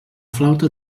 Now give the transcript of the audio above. flauta